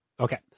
Okay